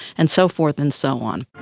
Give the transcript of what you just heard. and so forth and so on.